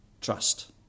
trust